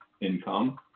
income